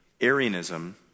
Arianism